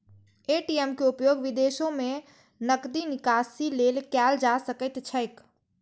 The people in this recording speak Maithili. ए.टी.एम के उपयोग विदेशो मे नकदी निकासी लेल कैल जा सकैत छैक